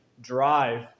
drive